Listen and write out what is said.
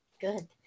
Good